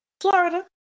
Florida